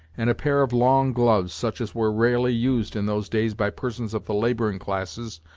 and a pair of long gloves, such as were rarely used in those days by persons of the laboring classes,